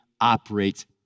operates